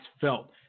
felt